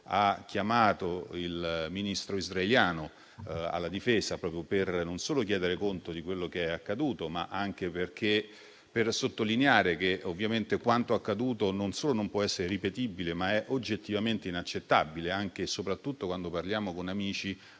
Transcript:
ha chiamato il Ministro israeliano alla difesa non solo per chiedere conto di quello che è accaduto, ma anche per sottolineare che quanto accaduto non solo non può essere ripetibile, ma è oggettivamente inaccettabile: anche e soprattutto quando parliamo con amici,